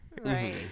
Right